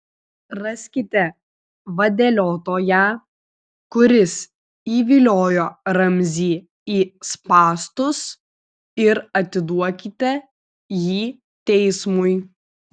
raskite vadeliotoją kuris įviliojo ramzį į spąstus ir atiduokite jį teismui